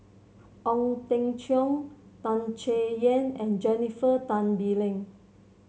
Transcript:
Ong Teng Cheong Tan Chay Yan and Jennifer Tan Bee Leng